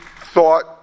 thought